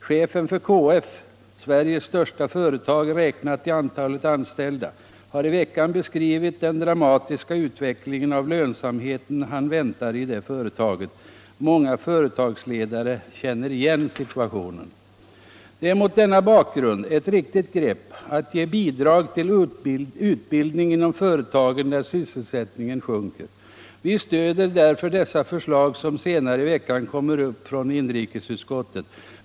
Chefen för KF, Sveriges största företag räknat i antalet anställda, har i veckan beskrivit den dramatiska utveckling av lönsamheten som han väntar i det företaget. Många företagsledare känner igen situationen. Det är mot denna bakgrund ett riktigt grepp att ge bidrag till utbildning inom företagen när sysselsättningen sjunker. Vi stöder därför de förslag från inrikesutskottet som kommer upp till behandling senare i veckan.